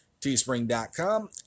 teespring.com